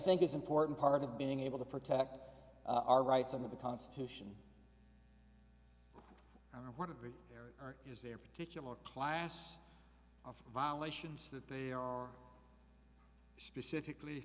think is important part of being able to protect our rights under the constitution or one of three or is there a particular class of violations that they are specifically